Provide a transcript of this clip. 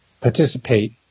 participate